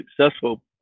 successful